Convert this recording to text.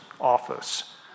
office